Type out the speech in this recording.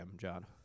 John